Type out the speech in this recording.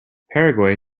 paraguay